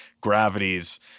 gravities